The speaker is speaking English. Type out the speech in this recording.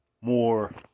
more